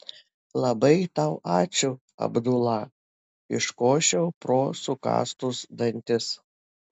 labai tau ačiū abdula iškošiau pro sukąstus dantis